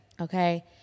okay